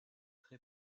très